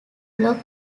block